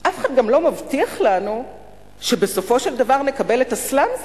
אף אחד גם לא מבטיח לנו שבסופו של דבר נקבל את הסלאמס